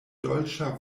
dolĉa